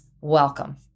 Welcome